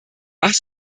was